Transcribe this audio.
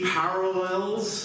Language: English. parallels